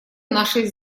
нашей